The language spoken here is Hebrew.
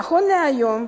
נכון להיום,